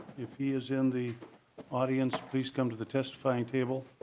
if he is in the audience please come to the testifying table.